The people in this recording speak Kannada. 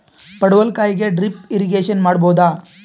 ಪಡವಲಕಾಯಿಗೆ ಡ್ರಿಪ್ ಇರಿಗೇಶನ್ ಮಾಡಬೋದ?